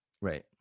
right